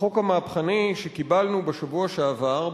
בחוק המהפכני שקיבלנו בשבוע שעבר,